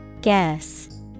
Guess